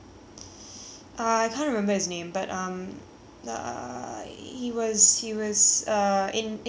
uh he was he was uh in he was an indian guy he had um